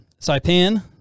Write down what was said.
Saipan